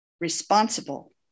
responsible